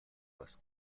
was